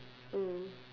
mm